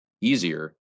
easier